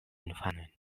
infanojn